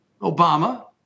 Obama